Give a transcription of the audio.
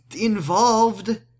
involved